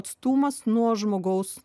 atstumas nuo žmogaus